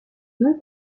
non